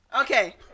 okay